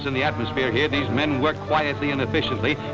the the atmosphere here. these men work quietly and efficiently.